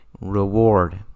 reward